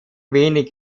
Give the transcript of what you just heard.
wenig